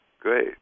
great